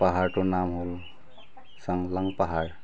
পাহাৰটোৰ নাম হ'ল চাংলাং পাহাৰ